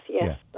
Yes